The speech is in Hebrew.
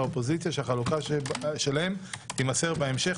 האופוזיציה והחלוקה שלהם תימסר בהמשך.